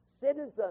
citizens